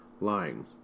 lying